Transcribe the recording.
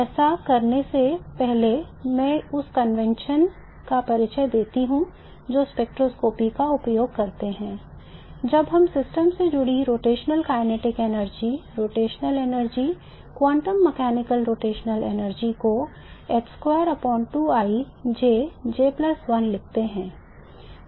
ऐसा करने से पहले मैं उस convention का परिचय देता हूं जो स्पेक्ट्रोस्कोपी का उपयोग करते हैं जब हम सिस्टम से जुड़ी रोटेशनल गतिज ऊर्जा रोटेशनल ऊर्जा क्वांटम मैकेनिकल रोटेशनल ऊर्जा को लिखते हैं